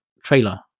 Trailer